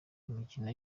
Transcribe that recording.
imikino